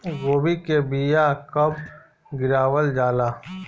गोभी के बीया कब गिरावल जाला?